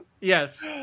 yes